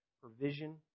provision